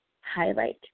highlight